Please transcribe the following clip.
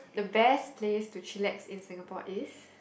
the best place to chillax in Singapore is